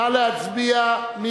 נא להצביע.